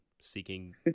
seeking